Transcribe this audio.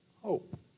hope